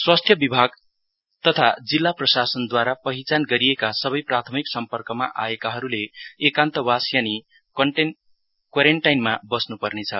स्वास्थ्य तथा जिल्ला प्रशासनद्वारा पहिचान गरिएका सबै प्राथमिक सर्म्पकमा आएकाहरुले एकान्तवास यानि क्वारेन्टाइनमा बस्नुपर्ने छ